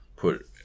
Put